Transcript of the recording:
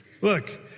Look